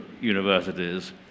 universities